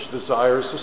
desires